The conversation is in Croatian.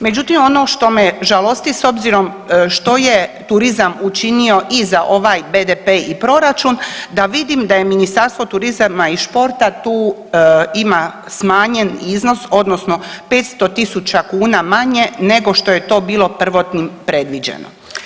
Međutim, ono što me žalosti s obzirom što je turizam učinio i za ovaj BDP i proračun da vidim da je Ministarstvo turizma i športa tu ima smanjen iznos odnosno 500.000 kuna manje nego što je to bilo prvotnim predviđeno.